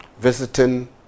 visiting